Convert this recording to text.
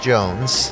Jones